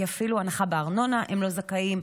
כי אפילו להנחה בארנונה הם לא זכאים.